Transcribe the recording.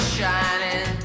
shining